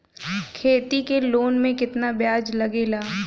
खेती के लोन में कितना ब्याज लगेला?